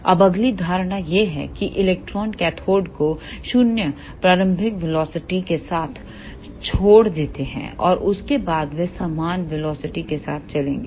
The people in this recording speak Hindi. अब अगली धारणा है कि इलेक्ट्रॉन कैथोड को शून्य प्रारंभिक वेलोसिटी के साथ छोड़ देते हैं और उसके बाद वे समान वेलोसिटी के साथ चलेंगे